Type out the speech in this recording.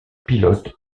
pilotes